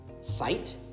sight